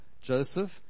Joseph